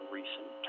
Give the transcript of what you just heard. recent